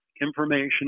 information